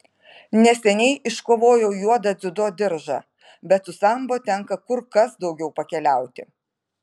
neseniai iškovojau juodą dziudo diržą bet su sambo tenka kur kas daugiau pakeliauti